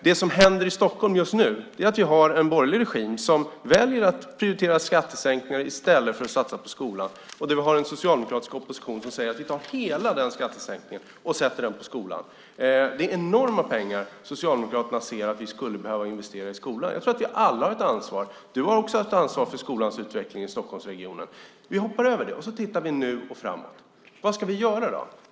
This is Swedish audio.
Det som händer i Stockholm just nu är att vi har en borgerlig regim som väljer att prioritera skattesänkningar i stället för att satsa på skolan. Och vi har en socialdemokratisk opposition som säger: Vi tar hela den skattesänkningen och sätter in den i skolan. Det är enorma pengar som Socialdemokraterna ser att vi skulle behöva investera i skolan. Jag tror att vi alla har ett ansvar. Du har också ett ansvar för skolans utveckling i Stockholmsregionen. Vi hoppar över det och tittar nu och framåt. Vad ska vi göra?